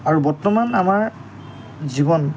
আৰু বৰ্তমান আমাৰ জীৱন